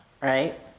right